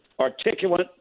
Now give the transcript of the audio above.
articulate